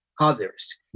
others